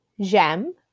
J'aime